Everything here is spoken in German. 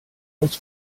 als